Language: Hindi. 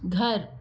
घर